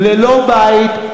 ללא בית,